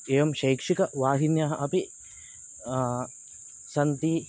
एवं शैक्षिकवाहिन्यः अपि सन्ति